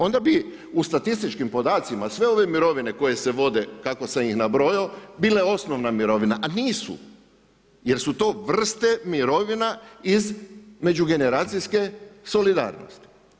Onda bi u statističkim podacima sve ove mirovine koje se vode kako sam ih nabrojao bile osnovna mirovina a nisu jer su to vrste mirovina iz međugeneracijske solidarnosti.